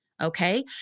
okay